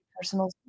personal